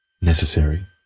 necessary